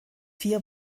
vier